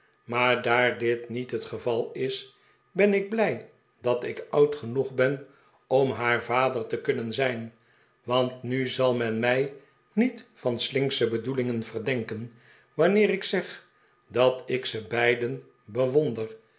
maar daar dit niet het geval is ben ik blij dat ik oud genoeg ben om haar vader te kunnen zijn want nu zal men mij niet van slinksche bedoelingen verdenken wanneer ik zeg dat ik ze b'eiden bewonder